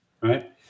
Right